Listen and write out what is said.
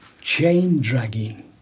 chain-dragging